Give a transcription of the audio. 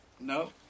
No